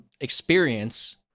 experience